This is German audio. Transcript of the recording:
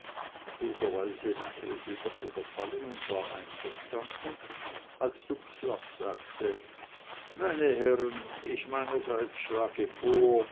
ließ er es wieder fallen und war einverstanden als dubslav sagte meine herren ich meinerseits schlage vor